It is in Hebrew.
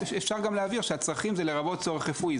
אפשר גם להבין שהצרכים זה לרבות צורך רפואי,